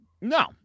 No